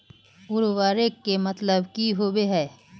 उर्वरक के मतलब की होबे है?